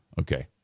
Okay